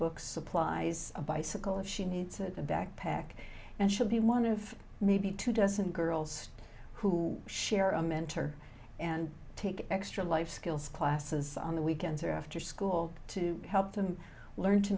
books supplies a bicycle if she needs a backpack and should be one of maybe two dozen girls who share a mentor and take extra life skills classes on the weekends or after school to help them learn to